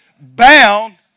bound